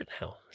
now